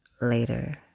later